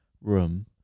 Room